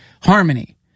harmony